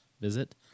visit